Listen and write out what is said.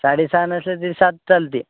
साडेसहा नाही असले ते सात चालते